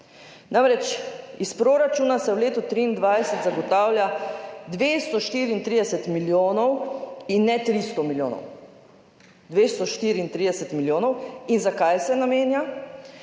Namreč, iz proračuna se v letu 2023 zagotavlja 234 milijonov in ne 300 milijonov, 234 milijonov. In za kaj se namenja?